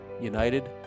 United